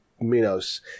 Minos